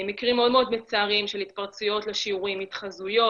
מקרים מצערים של התפרצויות לשיעורים, התחזות,